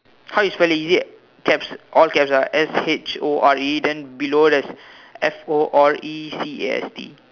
how you spell it is it caps all caps ah S H O R E then below there is F O R E C A S T